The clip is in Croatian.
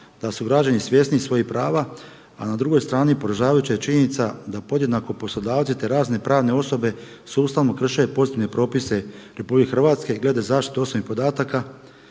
da su građani svjesni svojih prava, a na drugoj strani poražavajuća je činjenica da podjednako poslodavci te razne pravne osobe sustavno krše pozitivne propise Republike Hrvatske glede zaštite osobnih podataka.